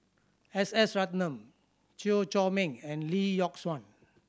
S S Ratnam Chew Chor Meng and Lee Yock Suan